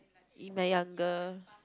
in my younger